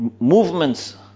movements